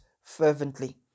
fervently